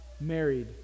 married